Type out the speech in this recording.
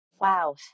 Wow